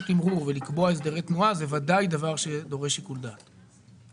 תימרור ולקבוע הסדרי תנועה זה בוודאי דבר שדורש שיקול דעת.